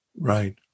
Right